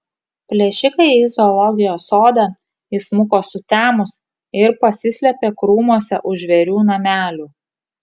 plėšikai į zoologijos sodą įsmuko sutemus ir pasislėpė krūmuose už žvėrių namelių